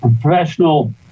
professional